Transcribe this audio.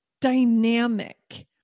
dynamic